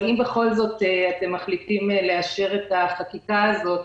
אבל אם בכל זאת אתם מחליטים לאשר את החקיקה הזאת,